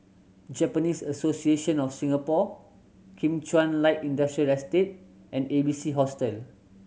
Japanese Association of Singapore Kim Chuan Light Industrial Estate and A B C Hostel